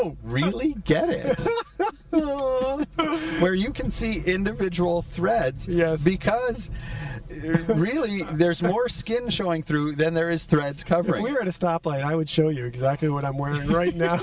can really get it where you can see individual threads yeah because really there's more skin showing through then there is threads covering we're at a stop light i would show you exactly what i'm wearing right now